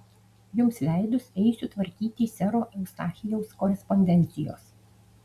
jums leidus eisiu tvarkyti sero eustachijaus korespondencijos